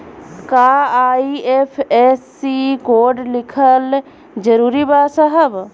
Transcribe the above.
का IFSC code लिखल जरूरी बा साहब?